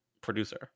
producer